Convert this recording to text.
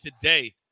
today